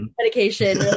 medication